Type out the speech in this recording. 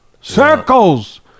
Circles